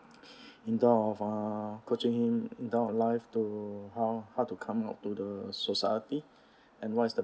in term of uh for coaching him in term of life to how how to come out to the society and what is the